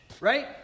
right